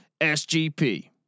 SGP